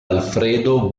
alfredo